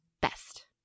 best